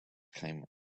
came